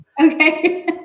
Okay